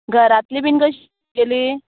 घरातलीं बीन कशीं तुगेलीं